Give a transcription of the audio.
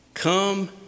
Come